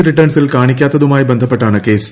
റിട്ടേൺസിൽ കാണിക്കാത്തതുമായി ബന്ധപ്പെട്ടാണ് കേസ്